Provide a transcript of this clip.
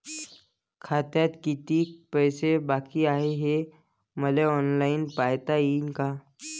खात्यात कितीक पैसे बाकी हाय हे मले ऑनलाईन पायता येईन का?